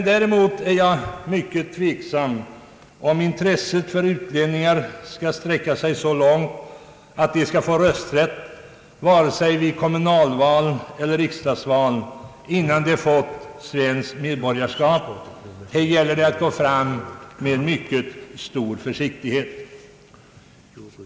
Däremot är jag mycket tveksam om intresset för utlänningar skall sträcka sig så långt att de skall få rösträtt, det må nu gälla kommunalval eller riksdagsval, innan de fått svenskt medborgarskap. Här gäller det att gå fram med mycket stor försiktighet.